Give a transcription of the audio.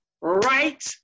Right